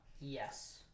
Yes